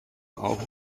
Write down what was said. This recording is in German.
auch